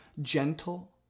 Gentle